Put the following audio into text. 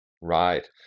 Right